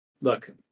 look